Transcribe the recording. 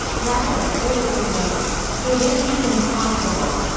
rather, lyttleton wrote it is even possible,